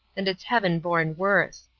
and its heaven-born worth.